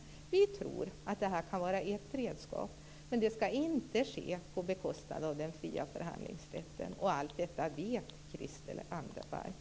Vänsterpartiet tror att detta kan vara ett redskap, men det skall inte ske på bekostnad av den fria förhandlingsrätten. Allt detta vet Christel Anderberg.